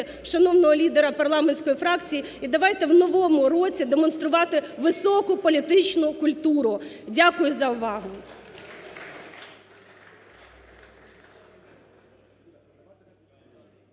шановного лідера парламентської фракції. І давайте в новому році демонструвати високу політичну культуру. Дякую за увагу.